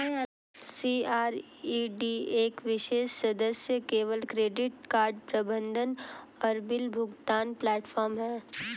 CRED एक विशेष सदस्य केवल क्रेडिट कार्ड प्रबंधन और बिल भुगतान प्लेटफ़ॉर्म है